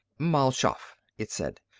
mal shaff, it said,